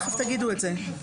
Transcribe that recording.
תכף תגידו את זה.